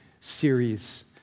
series